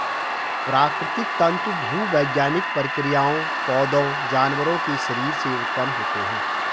प्राकृतिक तंतु भूवैज्ञानिक प्रक्रियाओं, पौधों, जानवरों के शरीर से उत्पन्न होते हैं